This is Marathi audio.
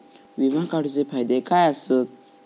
विमा काढूचे फायदे काय आसत?